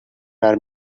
are